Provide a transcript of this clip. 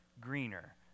greener